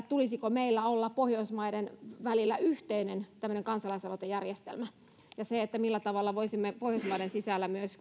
tulisiko meillä olla pohjoismaiden välillä tämmöinen yhteinen kansalaisaloitejärjestelmä ja millä tavalla voisimme pohjoismaiden sisällä myös